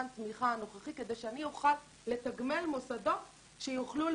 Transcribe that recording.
התמיכה הנוכחי כדי שאני אוכל לתגמל מוסדות שיוכלו